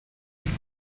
die